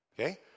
Okay